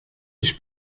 ich